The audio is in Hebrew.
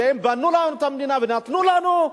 שהם בנו לנו את המדינה ונתנו לנו,